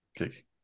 okay